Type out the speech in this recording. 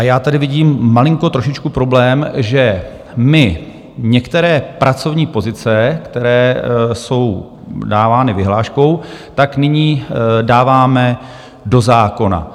Já tady vidím malinko trošičku problém, že my některé pracovní pozice, které jsou dávány vyhláškou, nyní dáváme do zákona.